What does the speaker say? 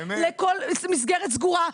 לכל מסגרת סגורה,